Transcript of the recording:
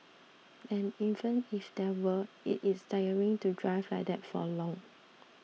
and even if there were it is tiring to drive like that for long